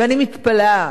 ואני מתפלאת,